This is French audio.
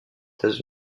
états